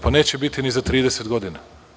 Pa, neće biti ni za 30 godina.